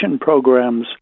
programs